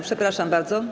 Przepraszam bardzo.